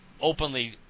openly